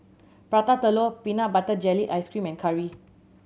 Prata Telur peanut butter jelly ice cream and curry